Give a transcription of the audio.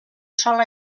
sola